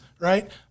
right